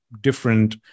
different